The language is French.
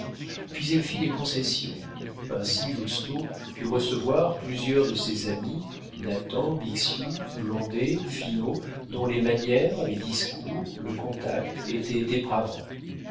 puis elle fit des concessions ainsi lousteau put recevoir plusieurs de ses amis nathan bixiou blondet finot dont les manières les discours le contact étaient dépravants